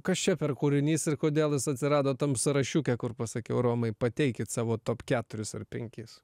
kas čia per kūrinys ir kodėl jis atsirado tam sąrašiuke kur pasakiau romai pateikit savo top keturis ar penkis